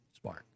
Smart